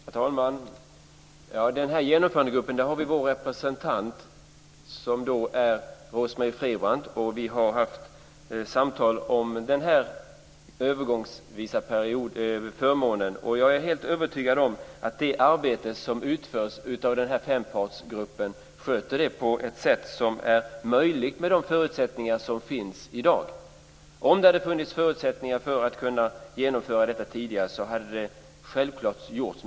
Herr talman! I Genomförandegruppen har vi en representant, och det är Rose-Marie Frebran. Vi har haft samtal om den här övergångsvisa förmånen. Jag är helt övertygad om att arbetet i den här fempartsgruppen sköts på det sätt som är möjligt med de förutsättningar som finns i dag. Om det hade funnits förutsättningar för att genomföra detta tidigare hade det självklart gjorts.